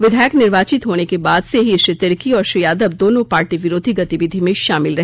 विधायक निर्वाचित होने के बाद से ही श्री तिर्की और श्री यादव दोनों पार्टी विरोधी गतिविधि में शामिल रहे